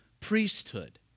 priesthood